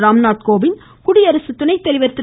ராம்நாத் கோவிந்த் குடியரசு துணைத்தலைவா் திரு